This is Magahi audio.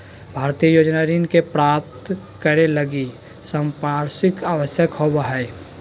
भारतीय योजना ऋण के प्राप्तं करे लगी संपार्श्विक आवश्यक होबो हइ